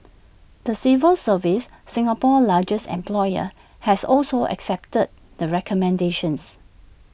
the civil service Singapore's largest employer has also accepted the recommendations